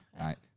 Right